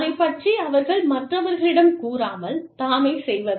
அதைப் பற்றி அவர்கள் மற்றவர்களிடம் கூறாமல் தாமே செய்வது